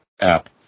app